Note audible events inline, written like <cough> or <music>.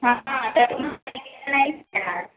हां तर <unintelligible>